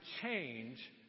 change